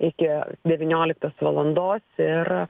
iki devynioliktos valandos ir